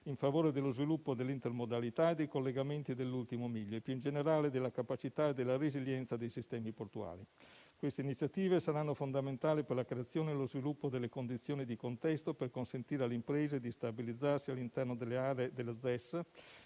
in favore dello sviluppo dell'intermodalità e dei collegamenti dell'ultimo miglio e, più in generale, della capacità e della resilienza dei sistemi portuali. Queste iniziative saranno fondamentali per la creazione e lo sviluppo delle condizioni di contesto per consentire alle imprese di stabilizzarsi all'interno delle ZES e per